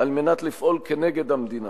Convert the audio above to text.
על מנת לפעול כנגד המדינה,